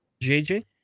JJ